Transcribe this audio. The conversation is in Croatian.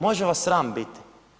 Može vas sram biti.